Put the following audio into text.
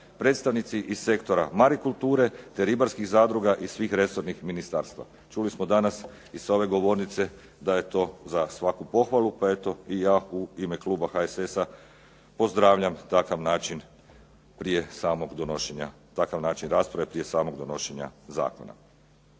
predstavnici iz sektora marikulture, te ribarskih zadruga iz svih resornih ministarstva, čuli smo danas i s ove govornice da je to za svaku pohvalu, pa eto i ja u ime kluba HSS-a pozdravljam takav način prije samog donošenja, takav